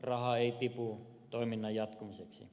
rahaa ei tipu toiminnan jatkumiseksi